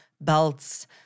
belts